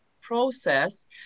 process